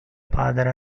padre